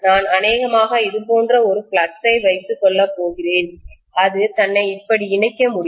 நான் அநேகமாக இது போன்ற ஒரு ஃப்ளக்ஸ் ஐ வைத்துக் கொள்ளப் போகிறேன் அது தன்னை இப்படி இணைக்க முடியும்